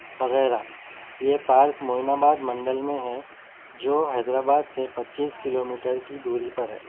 وغیرہ یہ park Moinabad منڈل میں ہیں جو حیدر آباد سے پچیس کلو میٹر کی دوری پر ہے